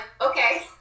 okay